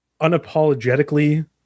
unapologetically